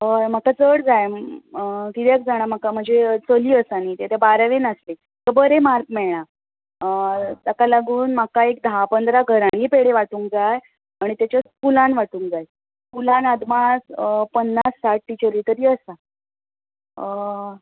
हय म्हाका चड जाय कित्याक जाणां म्हाका म्हजे चली आसा न्हय ते बारवेंत आसले ताका बरे मार्क मेळ्ळा ताका लागून म्हाका एक धा पंदरा घरांनी पेडे वाटूंक जांय आनी ताच्या स्कूलान वाटूंक जांय स्कूलान अदमास पन्नास साठ टिचरी तरी आसा